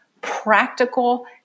practical